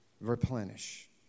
replenish